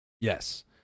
Yes